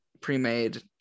pre-made